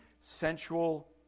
sensual